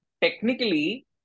Technically